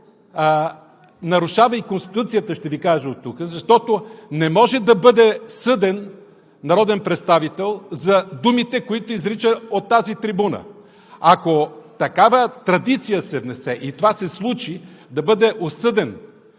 нарушава и Конституцията… Ще Ви кажа оттук, защото не може да бъде съден народен представител за думите, които изрича от тази трибуна, ако се внесе такава традиция и се случи да бъде осъден